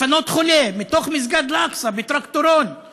לפנות חולה מתוך מסגד אל-אקצא בטרקטורון,